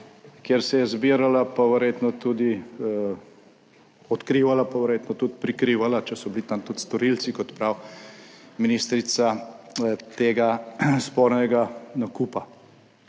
kjer se je zbirala, pa verjetno tudi odkrivala, pa verjetno tudi prikrivala, če so bili tam tudi storilci, kot pravi ministrica, tega spornega nakupa,